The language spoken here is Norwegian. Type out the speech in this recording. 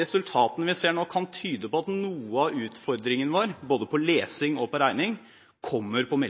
Resultatene vi ser nå, kan tyde på at noe av utfordringen vår når det gjelder både lesing og regning, kommer på